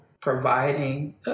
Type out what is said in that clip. providing